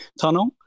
tunnel